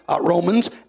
Romans